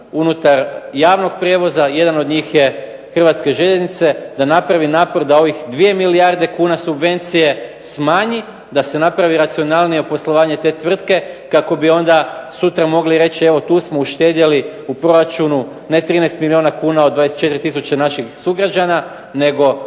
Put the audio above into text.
unutar javnog prijevoza, jedan od njih je Hrvatske željeznice da napravi napor da ovih dvije milijarde kuna subvencije smanji da se napravi racionalnije poslovanje te tvrtke kako bi onda sutra mogli reći tu smo uštedjeli u proračunu ne 13 milijuna kuna od 24 tisuće naši sugrađana, nego